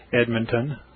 Edmonton